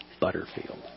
Butterfield